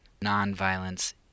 nonviolence